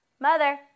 Mother